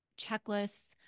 checklists